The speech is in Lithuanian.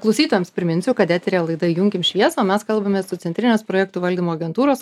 klausytojams priminsiu kad eteryje laida įjunkim šviesą o mes kalbamės su centrinės projektų valdymo agentūros